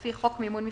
לפי חוק מימון מפלגות,